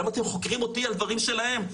למה אתם חוקרים אותי על דברים שלהם?